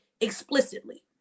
explicitly